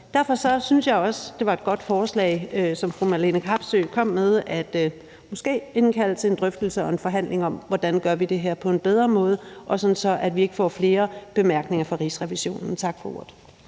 Derfor synes jeg også, at det var et godt forslag, som fru Marlene Harpsøe kom med, om måske at indkalde til en drøftelse og en forhandling om, hvordan vi gør det her på en bedre måde, sådan at vi ikke får flere bemærkninger fra Rigsrevisionen. Tak for ordet.